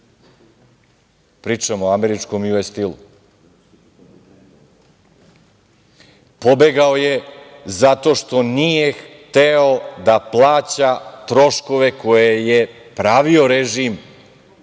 Pričam o američkom „Ju-Es stilu“. Pobegao je zato što nije hteo da plaća troškove koje je pravio režim